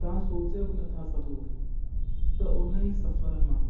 तव्हां सोचे बि नथा सघो त उन ई सफ़र मां